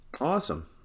Awesome